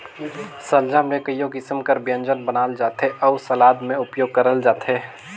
सलजम ले कइयो किसिम कर ब्यंजन बनाल जाथे अउ सलाद में उपियोग करल जाथे